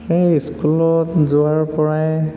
মই স্কুলত যোৱাৰ পৰাই